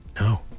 No